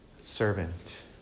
servant